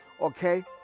Okay